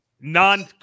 non